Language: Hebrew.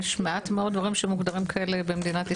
יש מעט מאוד דברים שמוגדרים כך במדינת ישראל.